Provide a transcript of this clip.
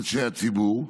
אנשי הציבור,